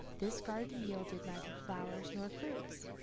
this garden yielded neither flowers nor fruits,